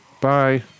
Bye